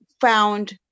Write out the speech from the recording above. found